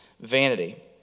vanity